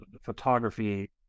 photography